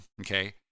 okay